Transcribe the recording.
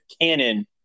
canon